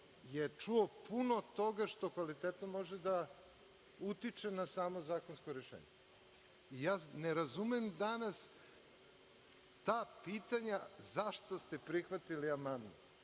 je čuo puno toga što kvalitetno može da utiče na samo zakonsko rešenje. Ne razumem danas ta pitanja zašto ste prihvatili amandman.